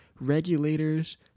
regulators